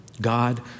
God